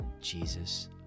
Jesus